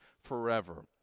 forever